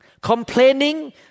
complaining